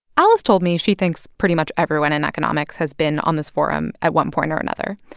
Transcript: alice told me she thinks pretty much everyone in economics has been on this forum at one point or another.